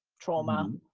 trauma,